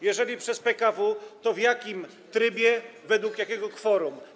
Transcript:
Jeżeli przez PKW, to w jakim trybie, według jakiego kworum?